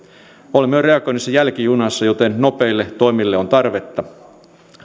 olemme reagoinnissa jälkijunassa joten nopeille toimille on tarvetta